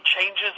Changes